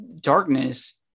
darkness